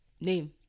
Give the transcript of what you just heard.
name